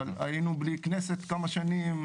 אבל היינו בלי כנסת כמה שנים,